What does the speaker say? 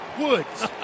Woods